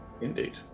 Indeed